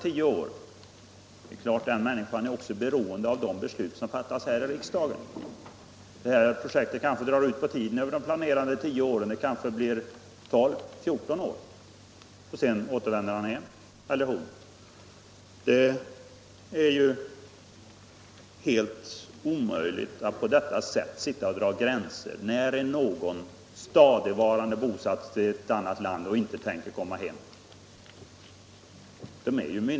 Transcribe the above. Det är klart att den personen också är beroende av de beslut som fattas här i riksdagen. Projektet kanske drar ut på tiden, och utlandsvistelsen kanske blir längre än de planerade tio åren — den kanske blir tolv, fjorton år. Därefter återvänder personen i fråga hem. Det är alltså helt omöjligt att dra upp gränser för att avgöra när någon är stadigvarande bosatt i ett annat land och inte tänker komma hem.